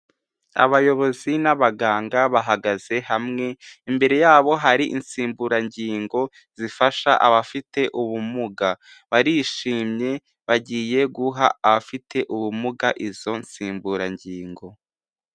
Abayobozi n'abaganga bahagaze hamwe, imbere yabo hari insimburangingo, zifasha abafite ubumuga, barishimye bagiye guha abafite ubumuga izo nsimburangingo.